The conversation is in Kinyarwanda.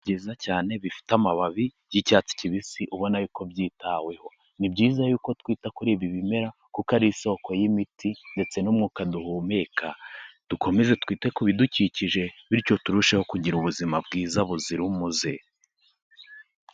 Ni byiza cyane bifite amababi y'icyatsi kibisi, ubona y'uko byitaweho, ni byiza y'uko twita kuri ibi bimera, kuko ari isoko y'imiti ndetse n'umwuka duhumeka, dukomeze twite ku bidukikije, bityo turusheho kugira ubuzima bwiza buzira umuze.